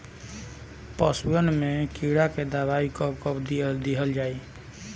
पशुअन मैं कीड़ा के दवाई कब कब दिहल जाई?